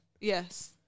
Yes